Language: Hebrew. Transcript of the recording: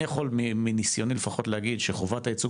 אני יכול מניסיוני לפחות להגיד שחובת הייצוג